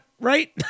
right